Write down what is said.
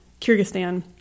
Kyrgyzstan